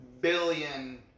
billion